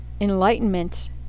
enlightenment